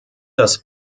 das